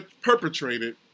perpetrated